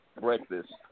breakfast